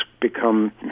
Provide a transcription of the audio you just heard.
become